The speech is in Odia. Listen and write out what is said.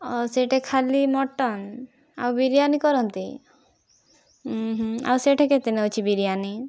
ଓ ସେହିଠି ଖାଲି ମଟନ୍ ଆଉ ବିରିୟାନୀ କରନ୍ତି ଆଉ ସେହିଠି କେତେ ନଉଛି ବିରିୟାନୀ